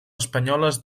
espanyoles